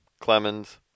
Clemens